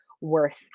worth